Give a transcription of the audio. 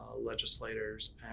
legislators